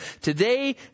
today